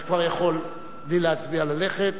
אתה כבר יכול, בלי להצביע, ללכת.